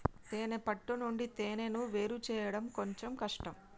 తేనే పట్టు నుండి తేనెను వేరుచేయడం కొంచెం కష్టం